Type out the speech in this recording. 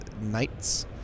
Knight's